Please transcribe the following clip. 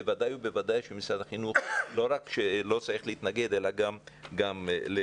בוודאי ובוודאי שמשרד החינוך לא רק שלא צריך להתנגד אלא גם לברך.